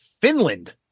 Finland